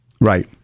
Right